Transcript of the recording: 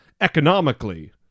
economically